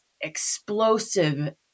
explosive